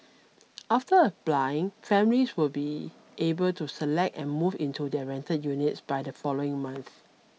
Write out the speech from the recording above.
after applying families will be able to select and move into the rental units by the following month